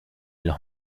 los